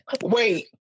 wait